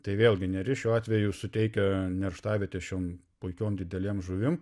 tai vėlgi neris šiuo atveju suteikia nerštavietes šiom puikiom didelėm žuvim